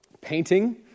painting